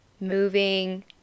moving